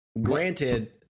Granted